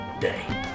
day